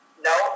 No